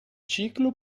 ciclo